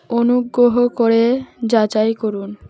অনুগ্রহ করে যাচাই করুন